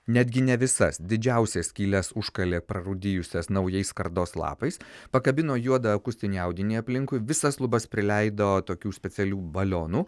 netgi ne visas didžiausias skyles užkalė prarūdijusias naujais skardos lapais pakabino juodą akustinį audinį aplinkui visas lubas prileido tokių specialių balionų